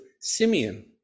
Simeon